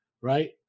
right